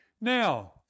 Now